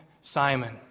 Simon